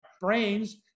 brains